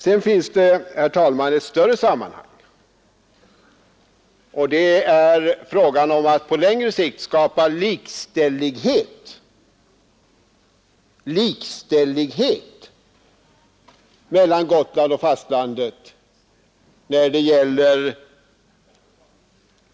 Sedan finns det också ett större sammanhang, nämligen att på längre sikt skapa likställighet mellan Gotland och fastlandet när det gäller